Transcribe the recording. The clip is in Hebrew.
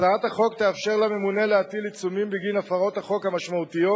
הצעת החוק תאפשר לממונה להטיל עיצומים בגין הפרות החוק המשמעותיות,